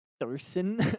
Thurston